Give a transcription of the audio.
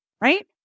right